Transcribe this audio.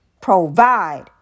provide